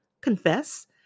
Confess